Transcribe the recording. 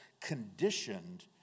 conditioned